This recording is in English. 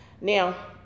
Now